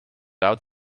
out